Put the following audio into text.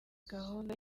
gahunda